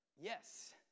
Yes